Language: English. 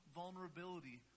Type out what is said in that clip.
vulnerability